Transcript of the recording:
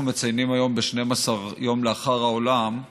אנחנו מציינים היום, ב-12 יום לאחר העולם,